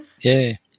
Yay